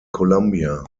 colombia